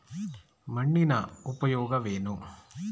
ಮಣ್ಣಿನ ಉಪಯೋಗವೇನು?